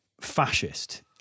fascist